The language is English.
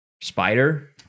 spider